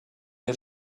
has